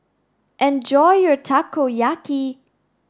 enjoy your Takoyaki